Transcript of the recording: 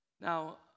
Now